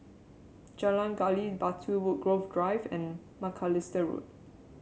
Jalan Gali Batu Woodgrove Drive and Macalister Road